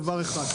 זה דבר אחד.